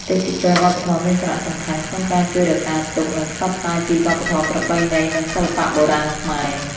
ទេសចរណ៍វប្បធម៌មានសារៈសំខាន់ក្នុងការជួយរក្សាទុក និងផ្សព្វផ្សាយពីវប្បធម៌ប្រពៃណី និងសិល្បៈបុរាណខ្មែរ។